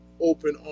open